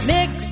Mix